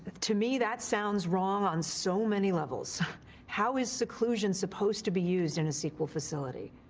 to me that sounds wrong on so many levels how is seclusion supposed to be used in a sequel facility?